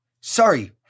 Sorry